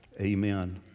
amen